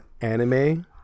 anime